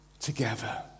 together